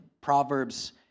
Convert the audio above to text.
Proverbs